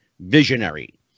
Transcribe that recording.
Visionary